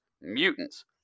mutants